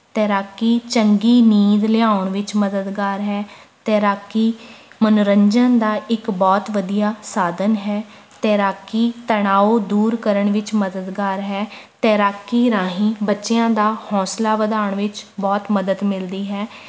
ਤੈਰਾਕੀ ਚੰਗੀ ਨੀਂਦ ਲਿਆਉਣ ਵਿੱਚ ਮਦਦਗਾਰ ਹੈ ਤੈਰਾਕੀ ਮਨੋਰੰਜਨ ਦਾ ਇੱਕ ਬਹੁਤ ਵਧੀਆ ਸਾਧਨ ਹੈ ਤੈਰਾਕੀ ਤਣਾਓ ਦੂਰ ਕਰਨ ਵਿੱਚ ਮਦਦਗਾਰ ਹੈ ਤੈਰਾਕੀ ਰਾਹੀਂ ਬੱਚਿਆਂ ਦਾ ਹੌਂਸਲਾ ਵਧਾਉਣ ਵਿੱਚ ਬਹੁਤ ਮਦਦ ਮਿਲਦੀ ਹੈ